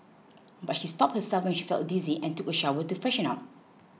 but she stopped herself when she felt dizzy and took a shower to freshen up